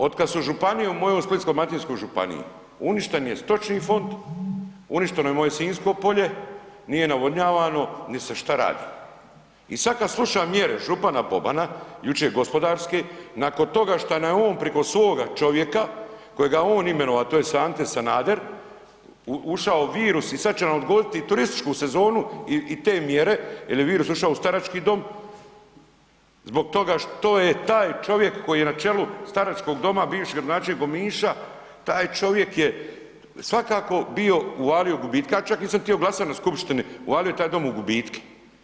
Od kada su u mojoj Splitsko-dalmatinskoj županiji uništen je stočni fond, uništeno je moje Sinjsko polje, nije navodnjavano niti se šta radi i sada kada slušam mjere župana Bobana jučer gospodarske nakon toga šta nam je on priko svoga čovjeka kojega je on imenovao tj. Ante Sanader ušao virus i sada će nam odgoditi turističku sezonu i te mjere jer je virus ušao u starački dom zbog toga što je taj čovjek koji je na čelu staračkog doma bivši gradonačelnik Omiša, taj čovjek je svakako bio uvalio u gubitak, čak ja nisam htio glasat na skupštini, uvalio je taj dom u gubitke.